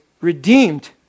redeemed